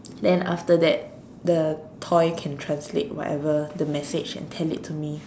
then after that the toy can translate whatever the message and tell it to me